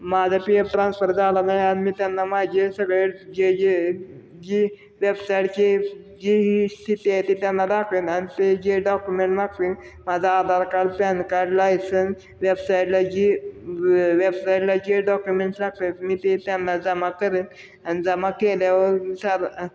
माझा P F transfer झाला नाही आणि मी त्यांना माझे सगळे जे जे जी वेबसाईडची जी ही स्थिती आहे ती त्यांना दाखवेन आणि ते जे डॉक्युमेंट मागतील माझा Aadhaar card PAN card licence वेबसाईटला जी वे वेबसाईटला जे डॉक्युमेंट्स लागतात मी ते त्यांना जमा करेन आणि जमा केल्यावर सारं